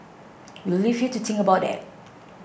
we'll leave you to think about that